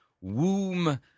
Womb